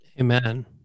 amen